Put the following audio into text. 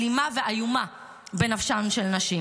אלימה ואיומה בנפשן של נשים.